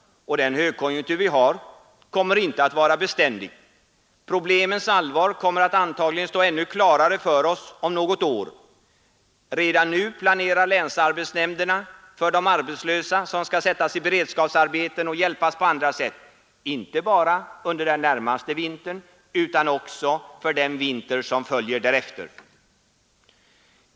Den högkonjunktur vi har kommer inte att vara beständigt. Problemens allvar kommer antagligen att stå ännu klarare för oss om något år. Redan nu planerar länsarbetsnämnderna för de arbetslösa, som skall sättas i beredskapsarbete och hjälpas på andra sätt; inte bara under den närmaste vintern utan också för den vinter som följer därefter.